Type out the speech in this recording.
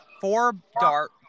four-dart